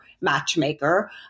matchmaker